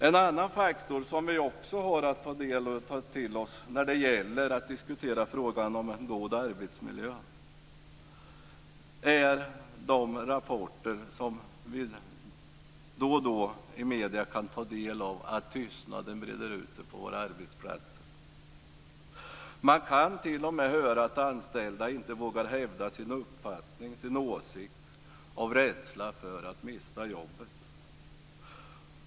En annan faktor som vi också har att ta till oss när det gäller att diskutera frågan om en god arbetsmiljö är de rapporter vi då och då kan ta del av i medierna. Där hävdas att tystnaden breder ut sig på våra arbetsplatser. Man kan t.o.m. höra att anställda inte vågar hävda sin uppfattning, sin åsikt, av rädsla för att mista jobbet.